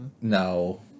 No